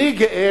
אני גאה,